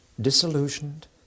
disillusioned